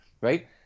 right